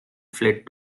fled